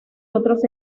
otros